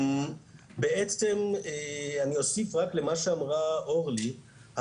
בעצם אני אוסיף רק למה שאמרה אורלי,